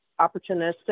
opportunistic